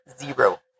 zero